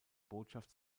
botschaft